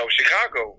Chicago